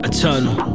Eternal